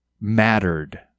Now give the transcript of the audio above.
Mattered